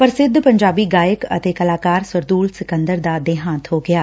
ਪ੍ਸਿੱਧ ਪੰਜਾਬੀ ਗਾਇਕ ਅਤੇ ਕਲਾਕਾਰ ਸਰਦੂਲ ਸਿਕੰਦਰ ਦਾ ਦੇਹਾਂਤ ਹੋ ਗਿਐ